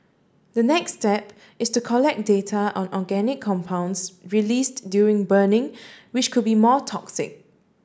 the next step is to collect data on organic compounds released during burning which could be more toxic